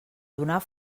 donar